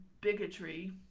bigotry